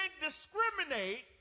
discriminate